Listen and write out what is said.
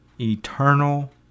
eternal